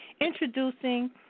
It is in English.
Introducing